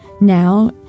now